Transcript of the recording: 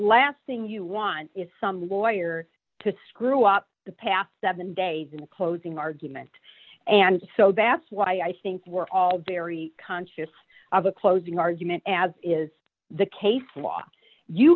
last thing you want is some lawyer to screw up the past seven days in the closing argument and so that's why i think we're all very conscious of the closing argument as is the case law you